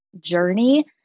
journey